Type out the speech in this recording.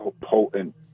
potent